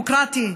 דמוקרטי,